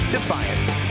Defiance